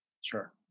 Sure